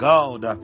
God